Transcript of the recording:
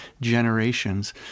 generations